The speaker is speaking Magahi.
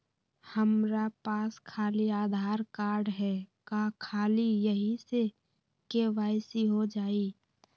हमरा पास खाली आधार कार्ड है, का ख़ाली यही से के.वाई.सी हो जाइ?